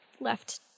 left